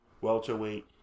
welterweight